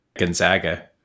Gonzaga